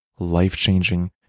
life-changing